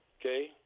Okay